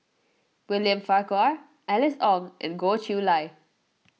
William Farquhar Alice Ong and Goh Chiew Lye